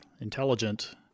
intelligent